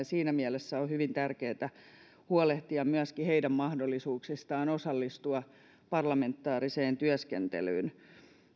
siinä mielessä on hyvin tärkeätä huolehtia myöskin heidän mahdollisuuksistaan osallistua parlamentaariseen työskentelyyn